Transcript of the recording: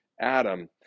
Adam